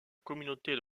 communauté